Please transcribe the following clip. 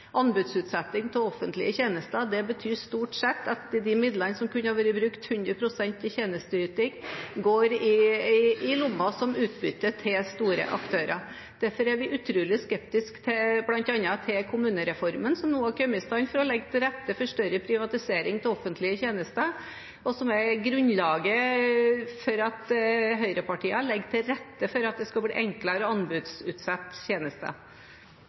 Anbudsutsetting av offentlige tjenester betyr stort sett at de midlene som kunne vært brukt 100 pst. til tjenesteyting, går som utbytte i lommen til store aktører. Derfor er vi utrolig skeptiske til bl.a. kommunereformen som nå er kommet i stand for å legge til rette for større privatisering av offentlige tjenester, og som er grunnlaget for at høyrepartiene legger til rette for at det skal bli enklere å anbudsutsette tjenester.